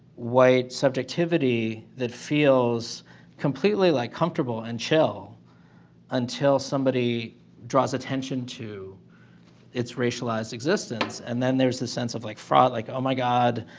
white subjectivity that feels completely like comfortable and chill until somebody draws attention to its racialized existence and then there's the sense of like fraud like, oh my god.